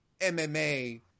MMA